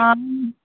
हां